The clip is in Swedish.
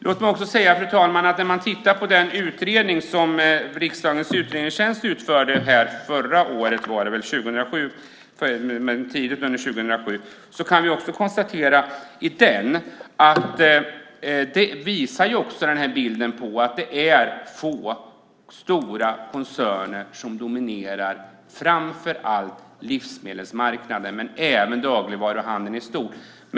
Låt mig också säga, fru talman, att när man tittar på den utredning som riksdagens utredningstjänst utförde förra året, tidigt under 2007, kan man konstatera att den visar bilden att det är få stora koncerner som dominerar framför allt livsmedelsmarknaden men även dagligvaruhandeln i stort.